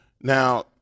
Now